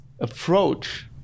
approach